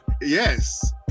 Yes